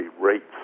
rates